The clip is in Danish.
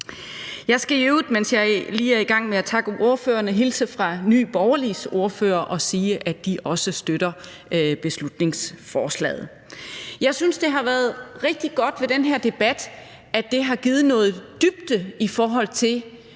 Jeg skal i øvrigt, mens jeg lige er i gang med at takke ordførerne, hilse fra Nye Borgerliges ordfører og sige, at de også støtter beslutningsforslaget. Jeg synes, det har været rigtig godt ved den her debat, at den har givet noget dybde i, hvad der